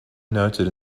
noted